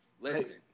Listen